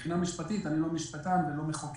מבחינה משפטית אני לא משפטן ולא מחוקק